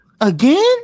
Again